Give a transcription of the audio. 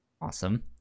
Awesome